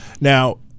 Now